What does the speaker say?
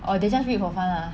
orh they just read for fun lah